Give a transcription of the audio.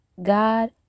God